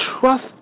trust